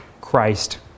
Christ